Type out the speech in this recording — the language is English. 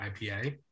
IPA